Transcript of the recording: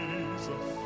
Jesus